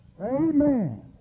Amen